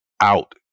out